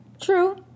True